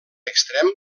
extrem